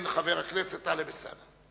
ואחריו, חבר הכנסת טלב אלסאנע.